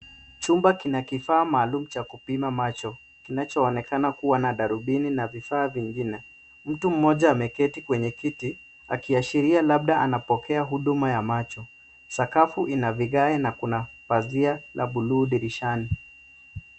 Chumba kina kifaa maalum cha kupima macho, kinachoonekana kuwa darubini na vifaa vingine. Mtu mmoja ameketi kwenye kiti, akiashiria labda anapokea huduma ya macho. Sakafu ina vigae na kuna pazia la bluu dirishani.